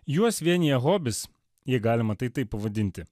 juos vienija hobis jei galima tai taip pavadinti